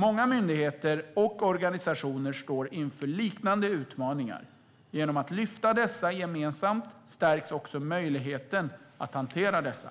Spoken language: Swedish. Många myndigheter och organisationer står inför liknande utmaningar. Genom att lyfta dessa gemensamt stärks också möjligheten att hantera dessa.